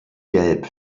gelb